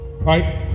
right